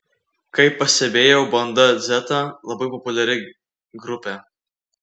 kaip pastebėjau banda dzeta labai populiari grupė